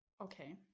Okay